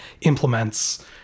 implements